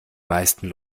meisten